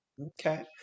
okay